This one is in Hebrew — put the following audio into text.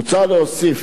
מוצע להוסיף